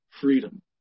freedom